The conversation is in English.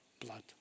blood